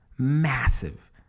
massive